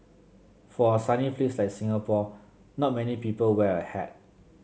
for a sunny place like Singapore not many people wear a hat